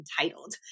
entitled